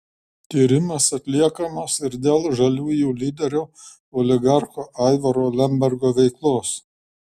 tyrimas atliekamas ir dėl žaliųjų lyderio oligarcho aivaro lembergo veiklos